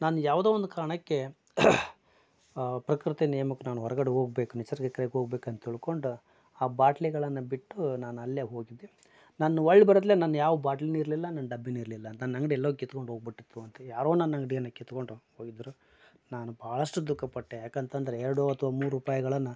ನಾನು ಯಾವುದೋ ಒಂದು ಕಾರಣಕ್ಕೆ ಪ್ರಕೃತಿ ನಿಯಮಕ್ಕೆ ನಾನು ಹೊರಗಡೆ ಹೋಗ್ಬೇಕು ನಿಸರ್ಗದ ಕರೆಗೆ ಹೋಗ್ಬೇಕು ಅಂತ ತಿಳ್ಕೊಂಡು ಆ ಬಾಟ್ಲಿಗಳನ್ನ ಬಿಟ್ಟು ನಾನು ಅಲ್ಲೇ ಹೋಗಿದ್ದೆ ನಾನು ಒಳ ಬರೋತ್ಲೇ ನನ್ನ ಯಾವ ಬಾಟ್ಲಿನು ಇರಲಿಲ್ಲ ನನ್ನ ಡಬ್ಬಿನು ಇರಲಿಲ್ಲ ನನ್ನ ಅಂಗಡಿ ಎಲ್ಲವೂ ಕಿತ್ಕೊಂಡು ಹೋಗ್ಬಿಟ್ಟಿತ್ತು ಅಂದರೆ ಯಾರೋ ನನ್ನ ಅಂಗಡಿಯನ್ನ ಕಿತ್ಕೊಂಡು ಹೋಗಿದ್ರು ನಾನು ಬಹಳಷ್ಟು ದುಃಖಪಟ್ಟೆ ಯಾಕಂತಂದರೆ ಎರಡು ಅಥವಾ ಮೂರು ರೂಪಾಯಿಗಳನ್ನ